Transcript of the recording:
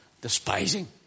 Despising